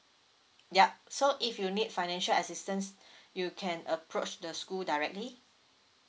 yup so if you need financial assistance you can approach the school directly